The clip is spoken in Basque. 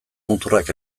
muturrak